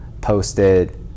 posted